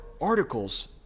articles